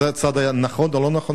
אם זה צעד שהיה נכון או לא נכון.